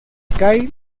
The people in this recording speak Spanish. kay